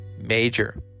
Major